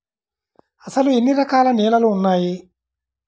అసలు ఎన్ని రకాల నేలలు వున్నాయి?